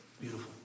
Beautiful